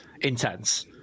intense